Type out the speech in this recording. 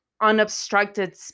unobstructed